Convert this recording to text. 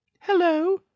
Hello